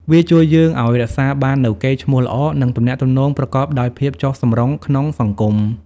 វាជួយយើងឱ្យរក្សាបាននូវកេរ្តិ៍ឈ្មោះល្អ និងទំនាក់ទំនងប្រកបដោយភាពចុះសម្រុងក្នុងសង្គម។